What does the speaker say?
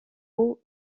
haut